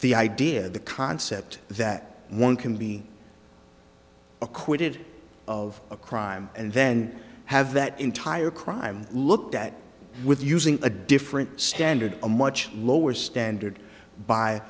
the idea the concept that one can be acquitted of a crime and then have that entire crime looked at with using a different standard a much lower standard by